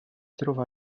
trova